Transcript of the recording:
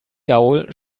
gaul